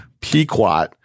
Pequot